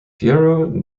piero